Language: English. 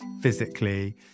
physically